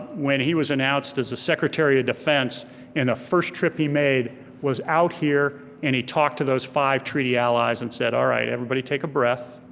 when he was announced as the secretary of defense and the first trip he made was out here and he talked to those five treaty allies and said alright, everybody take a breath.